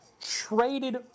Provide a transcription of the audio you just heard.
traded